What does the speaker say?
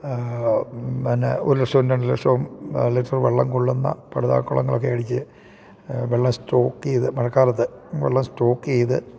പിന്നെ ഒരു ലക്ഷവും രണ്ട് ലക്ഷവും ലക്ഷം വെള്ളം കൊള്ളുന്ന പട്താ കുളങ്ങൾ ഒക്കെ അടിച്ച് വെള്ളം സ്റ്റോക്ക് ചെയ്ത് മഴക്കാലത്ത് വെള്ളം സ്റ്റോക്ക് ചെയ്ത്